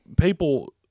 people –